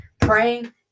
praying